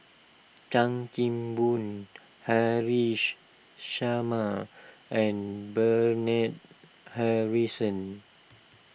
Chan Kim Boon Haresh Sharma and Bernard Harrison